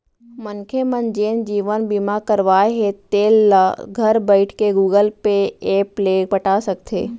मनखे मन जेन जीवन बीमा करवाए हें तेल ल घर बइठे गुगल पे ऐप ले पटा सकथे